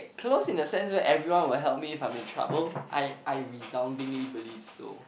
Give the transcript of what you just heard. close in a sense where everyone will help me if I'm in trouble I I resoundingly believe so